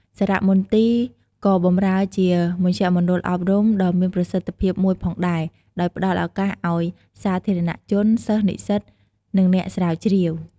សារមន្ទីរក៏បម្រើជាមជ្ឈមណ្ឌលអប់រំដ៏មានប្រសិទ្ធភាពមួយផងដែរ ដោយផ្តល់ឱកាសឲ្យសាធារណជន សិស្ស និស្សិត និងអ្នកស្រាវជ្រាវ។